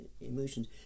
emotions